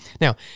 Now